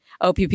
OPP